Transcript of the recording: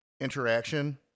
interaction